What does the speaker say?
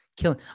killing